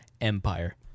Empire